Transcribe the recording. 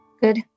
Good